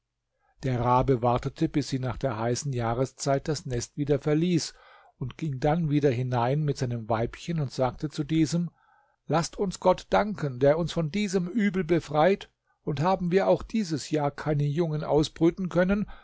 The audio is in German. der rabe wartete bis sie nach der heißen jahreszeit das nest wieder verließ und ging dann wieder hinein mit seinem weibchen und sagte zu diesem laßt uns gott danken der uns von diesem übel befreit und haben wir auch dieses jahr keine jungen ausbrüten können